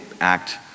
act